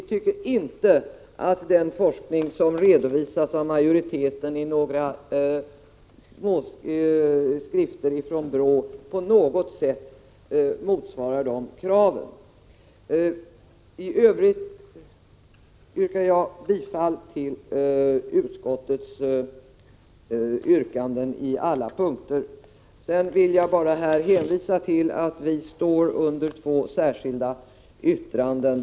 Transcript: Vi tycker inte att den forskning som redovisas av majoriteten i form av några småskrifter från BRÅ på något sätt motsvarar de kraven. I övrigt yrkar jag bifall till utskottets hemställan på alla punkter. Jag vill sedan bara hänvisa till att vi har avgivit två särskilda yttranden.